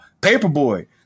paperboy